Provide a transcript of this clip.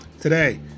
Today